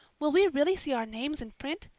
will we really see our names in print?